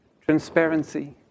transparency